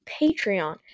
Patreon